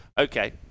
Okay